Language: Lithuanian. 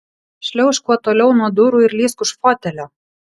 šliaužk kuo toliau nuo durų ir lįsk už fotelio